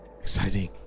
Exciting